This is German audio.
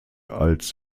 als